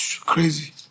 crazy